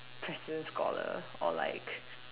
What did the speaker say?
president scholar or like